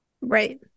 right